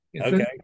Okay